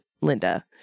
Linda